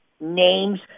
names